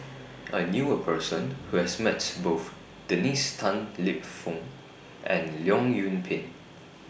I knew A Person Who has Met Both Dennis Tan Lip Fong and Leong Yoon Pin